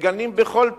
ומגנים בכל פה,